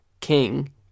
King